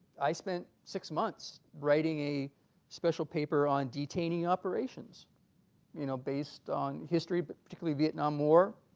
i spent six months writing a special paper on detaining operations you know based on history but particularly vietnam war,